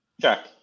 Check